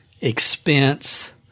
expense